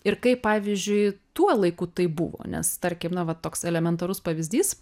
ir kaip pavyzdžiui tuo laiku taip buvo nes tarkim na va toks elementarus pavyzdys